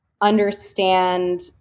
understand